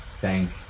thank